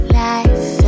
life